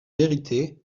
vérité